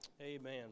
Amen